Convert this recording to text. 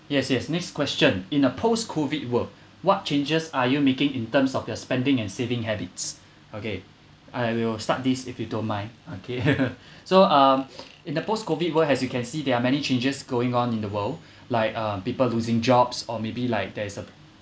yes yes next question in a post COVID world what changes are you making in terms of your spending and saving habits okay I will start this if you don't mind okay so um in the post COVID world as you can see there are many changes going on in the world like uh people losing jobs or maybe like there is a